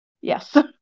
yes